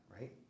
right